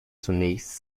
zunächst